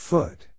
Foot